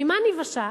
ממה ניוושע?